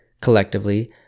collectively